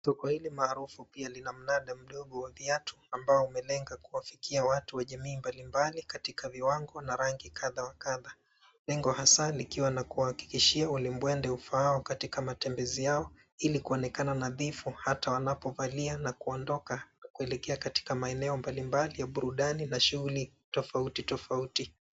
Soko hili maarufu pia lina mnada mdogo wa viatu ambao umelenga kuwafikia watu wa jamii mbalimbali katika viwango na rangi kadha wa kadha. Lengo hasa likiwa lakuwahakikishia walibwende ufao katika matembezi yao ili kuonekana nadhifu hata wanapovalia na kuondoka kuelekea katika maeneo mbalimbali ya burudani na shughuli tofauti tofauti.